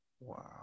Wow